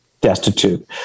destitute